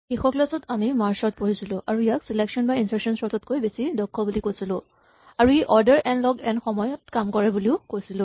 শেষৰ ক্লাচ ত আমি মাৰ্জ চৰ্ট পঢ়িছিলো আৰু ইয়াক চিলেকচন বা ইনচাৰ্চন চৰ্ট তকৈ বেছি দক্ষ বুলি কৈছিলো আৰু ই অৰ্ডাৰ এন লগ এন সময়ত কাম কৰে বুলিও কৈছিলো